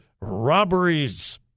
robberies